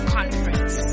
Conference